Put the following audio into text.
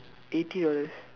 eighty dollars